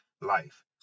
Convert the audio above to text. life